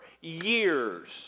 years